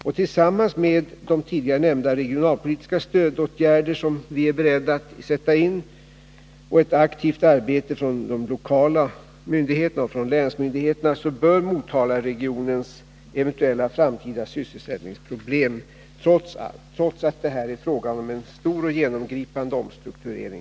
Med hjälp av de tidigare nämnda regionalpolitiska stödåtgärder som vi är beredda att sätta in och ett aktivt arbete från de lokala myndigheterna, från länsmyndigheterna, bör Motalaregionens eventuella framtida sysselsättningsproblem kunna bemästras, trots att det här är fråga om en stor och genomgripande omstrukturering.